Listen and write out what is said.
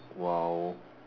!wow!